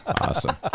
Awesome